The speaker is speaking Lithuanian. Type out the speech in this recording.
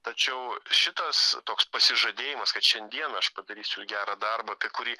tačiau šitas toks pasižadėjimas kad šiandieną aš padarysiu gerą darbą apie kurį